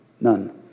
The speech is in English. none